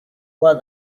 was